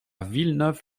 villeneuve